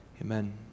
Amen